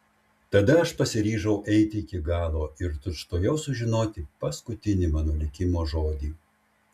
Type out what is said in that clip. tada aš pasiryžau eiti iki galo ir tučtuojau sužinoti paskutinį mano likimo žodį